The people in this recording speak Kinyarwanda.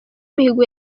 mihigo